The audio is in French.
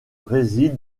réside